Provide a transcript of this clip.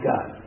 God